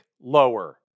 lower